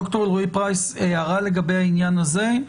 ד"ר אלרעי-פרייס, הערה לגבי העניין הזה?